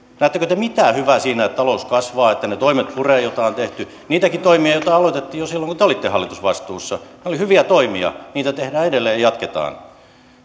näettekö te mitään hyvää siinä että talous kasvaa että ne toimet purevat joita on tehty nekin toimet joita aloitettiin jo silloin kun te olitte hallitusvastuussa ne olivat hyviä toimia niitä tehdään edelleen ja jatketaan